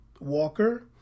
Walker